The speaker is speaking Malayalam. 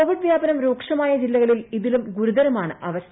കൊവിഡ് വ്യാപനം രൂക്ഷമായ ജില്ലകളിൽ ഇതിലും ഗുരുതരമാണ് അവസ്ഥ